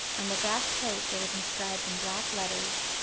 on the brass plate there was inscribed in black letters,